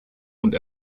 und